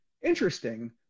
interesting